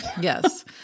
Yes